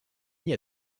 mis